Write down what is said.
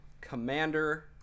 Commander